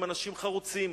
הם אנשים חרוצים,